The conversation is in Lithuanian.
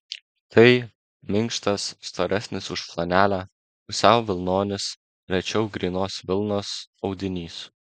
tai minkštas storesnis už flanelę pusiau vilnonis rečiau grynos vilnos audinys